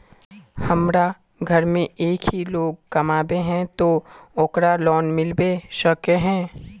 हमरा घर में एक ही लोग कमाबै है ते ओकरा लोन मिलबे सके है?